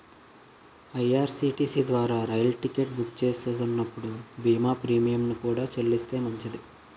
IRCTC ద్వారా రైలు ticket book చేస్తున్నప్పుడు బీమా ప్రీమియంను కూడా చెల్లిస్తే మంచిది